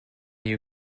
you